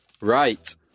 Right